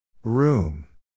Room